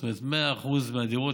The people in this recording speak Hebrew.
זאת אומרת 100% מהדירות,